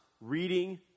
reading